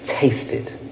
tasted